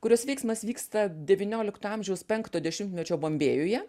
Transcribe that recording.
kurios veiksmas vyksta devyniolikto amžiaus penkto dešimtmečio bombėjuje